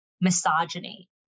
misogyny